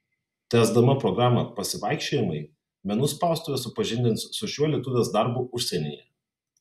tęsdama programą pasivaikščiojimai menų spaustuvė supažindins su šiuo lietuvės darbu užsienyje